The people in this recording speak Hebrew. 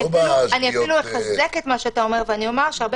אני אחזק את מה שאתה אומר ואני אומר שהרבה